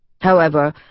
However